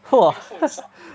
!wah!